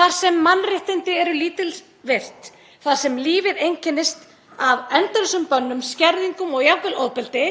þar sem mannréttindi eru lítils virt, þar sem lífið einkennist af endalausum bönnum, skerðingum og jafnvel ofbeldi.